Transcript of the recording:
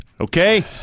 Okay